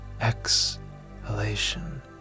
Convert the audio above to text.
Exhalation